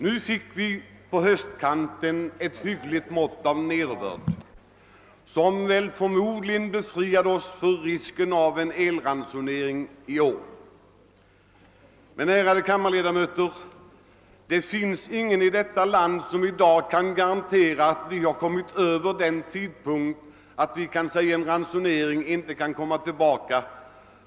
Nu har vi på höstkanten fått ett hyggligt mått av nederbörd, som förmodligen har befriat oss från risken av en elransonering i år, men — ärade kammarledamöter — ingen kan i dag garantera att en ransonering inte behöver tillgripas i framtiden.